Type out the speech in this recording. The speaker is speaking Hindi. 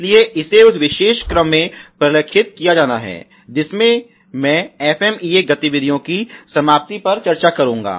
इसलिए इसे उस विशेष क्रम में प्रलेखित किया जाना है जिसमे मैं FMEA गतिविधियों की समाप्ति पर चर्चा करूंगा